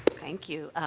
thank you.